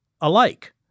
alike